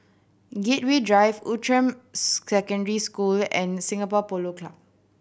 Gateway Drive Outram Secondary School and Singapore Polo Club